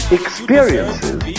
experiences